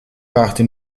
brachte